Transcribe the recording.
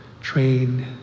train